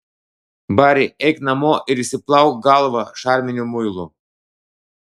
bari eik namo ir išsiplauk galvą šarminiu muilu